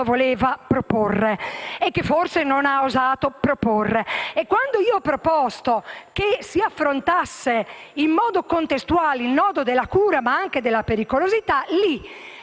voleva proporre e che, forse, non ha osato proporre. Quando ho chiesto che si affrontasse in modo contestuale il nodo della cura, ma anche della pericolosità, è